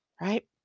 right